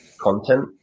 content